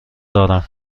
دارم